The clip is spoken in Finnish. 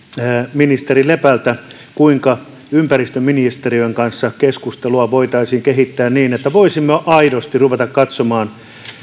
ministeri lepältä kuinka ympäristöministeriön kanssa keskustelua voitaisiin kehittää niin että voisimme aidosti ruveta katsomaan